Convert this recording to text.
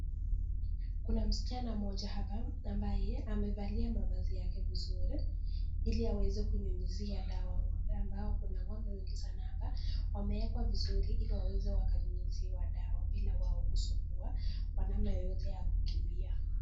Kuna msichana mmoja hapa ambaye amevalia mavazi yake vizuri hili aweze kunyunyizia dawa ng'ombe ambao kuna ng'ombe wengi sana hapa wameekwa vizuri hili waweze wakanyunyuziwa dawa bila wao kusumbua kwa namna yoyote ya kukimbia.